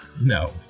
No